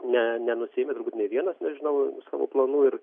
ne nenusiėmė turbūt nė vienas nežinau savo planų ir